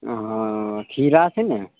ओ खीरा छै ने